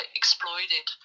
exploited